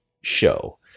show